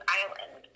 island